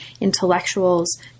intellectuals